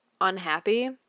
unhappy